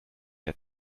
der